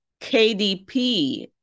KDP